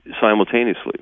simultaneously